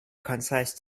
concise